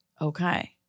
okay